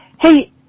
Hey